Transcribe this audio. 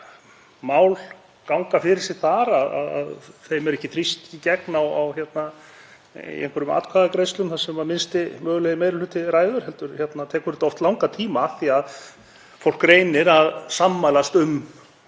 mál ganga fyrir sig þar, þeim er ekki þrýst í gegn í einhverjum atkvæðagreiðslum þar sem minnsti mögulegi meiri hluti ræður heldur tekur þetta oft langan tíma af því að fólk reynir að sammælast um